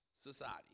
society